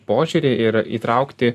požiūrį ir įtraukti